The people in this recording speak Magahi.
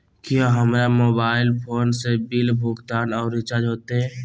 क्या हमारा मोबाइल फोन से बिल भुगतान और रिचार्ज होते?